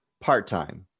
part-time